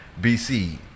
BC